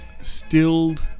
stilled